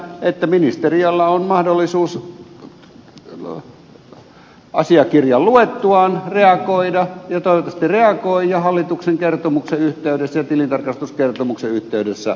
ministeriöllä on mahdollisuus asiakirjan luettuaan reagoida ja toivottavasti se reagoi ja hallituksen kertomuksen ja tilintarkastuskertomuksen yhteydessä palata asiaan sitten